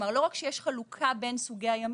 זאת אומרת, לא רק שיש חלוקה בין סוגי הימים